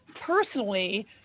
personally